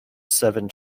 seven